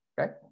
Okay